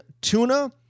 tuna